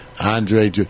Andre